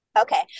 okay